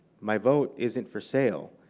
my vote isn't for sale.